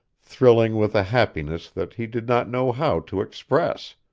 thrilling with a happiness that he did not know how to express.